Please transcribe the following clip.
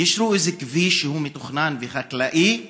יישרו איזה כביש שהוא מתוכנן וחקלאי,